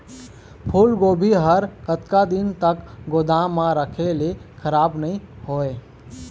फूलगोभी हर कतका दिन तक गोदाम म रखे ले खराब नई होय?